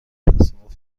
تصادف